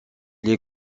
les